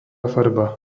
farba